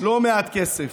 לא מעט כסף.